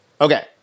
Okay